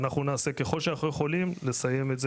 אנחנו נעשה כל מה שאנחנו יכולים כדי לסיים את זה